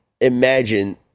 imagine